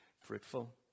fruitful